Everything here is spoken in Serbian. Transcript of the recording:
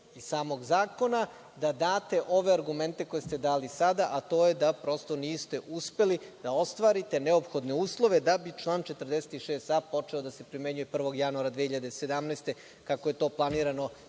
samog zakona da date ove argumente koje ste dali sada, a to je da prosto niste uspeli da ostvarite neophodne uslove da bi član 46a počeo da se primenjuje 1. januara 2017. godine, kako je to planirano